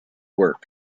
work